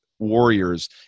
warriors